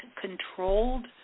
controlled